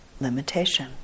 limitation